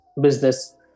business